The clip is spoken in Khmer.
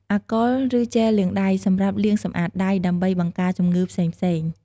អាល់កុល ឬជែលលាងដៃ សម្រាប់លាងសម្អាតដៃ ដើម្បីបង្ការជំងឺផ្សេងៗ។